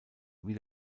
wie